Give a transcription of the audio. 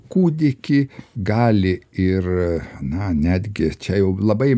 kūdikį gali ir na netgi čia jau labai